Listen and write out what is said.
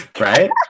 right